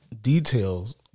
details